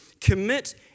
commit